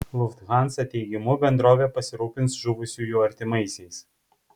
lufthansa teigimu bendrovė pasirūpins žuvusiųjų artimaisiais